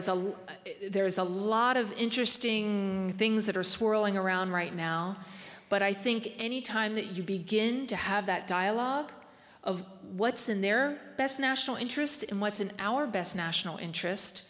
is a there is a lot of interesting things that are swirling around right now but i think any time that you begin to have that dialogue of what's in their best national interest in what's in our best national